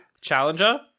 Challenger